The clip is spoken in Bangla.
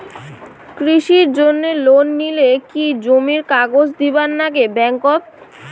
কৃষির জন্যে লোন নিলে কি জমির কাগজ দিবার নাগে ব্যাংক ওত?